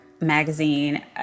magazine